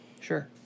Sure